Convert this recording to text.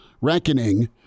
reckoning